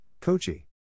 Kochi